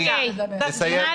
שאלה,